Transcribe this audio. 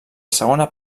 segona